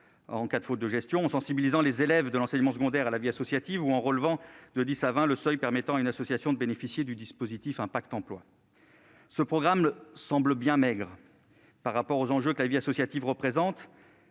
en cas de faute de gestion, en sensibilisant les élèves de l'enseignement secondaire à la vie associative ou en relevant de dix à vingt le seuil à partir duquel une association peut bénéficier du dispositif « impact emploi ». Ce programme semble bien maigre par rapport aux enjeux de la vie associative, mais toute